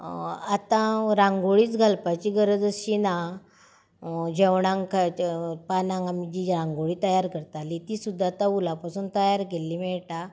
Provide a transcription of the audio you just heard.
आतां रांगोळीच घालपाची गरज अशी ना जेवणाक काय पानाक आमी जी रांगोळी तयार करताली ती सुद्दां आतां वुला पासून तयार केल्ली मेळटा